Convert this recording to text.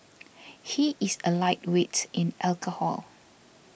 he is a lightweight in alcohol